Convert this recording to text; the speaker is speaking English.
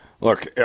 Look